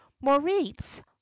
moritz